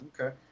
Okay